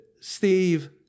Steve